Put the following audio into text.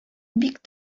бик